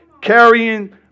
carrying